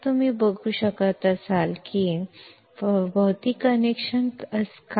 जर तुम्ही बघू शकत असाल तर असे काही भौतिक कनेक्शन संबंध आहे का